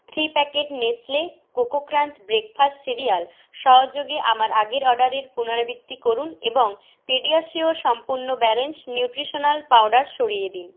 three packet Nestle Koko Krunch breakfast cereal সহযোগে আমার আগের অর্ডারের পুনরাবৃত্তি করুন এবং পেডিয়াশিয়োর সম্পূণ্য ব্যালান্সড নিউট্রিশনাল পাউডার সরিয়ে দিন